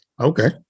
Okay